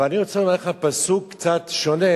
אבל אני רוצה לומר לך פסוק קצת שונה,